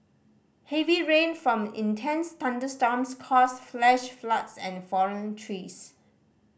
heavy rain from intense thunderstorms caused flash floods and fallen trees